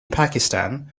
pakistan